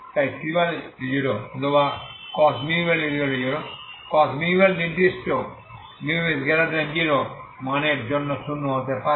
তাই c10 or অথবা cos μL 0 cos μL নির্দিষ্ট μ0 মানের জন্য শূন্য হতে পারে